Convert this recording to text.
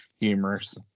humorous